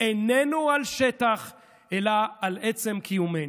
איננו על שטח אלא על עצם קיומנו.